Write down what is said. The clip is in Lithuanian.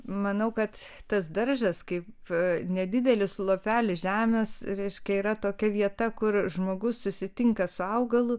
manau kad tas daržas kaip nedidelis lopelis žemės reiškia yra tokia vieta kur žmogus susitinka su augalu